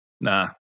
Nah